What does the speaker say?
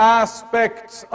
aspects